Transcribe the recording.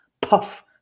puff